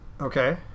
Okay